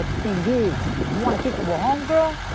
ah thing is, you wanna kick it with home girl,